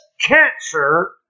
Cancer